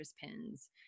pins